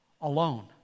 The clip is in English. alone